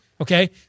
Okay